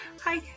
Hi